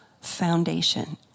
foundation